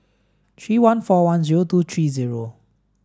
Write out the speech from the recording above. three one four one zero two three zero